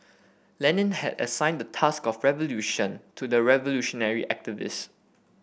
Lenin had assigned the task of revolution to the revolutionary activist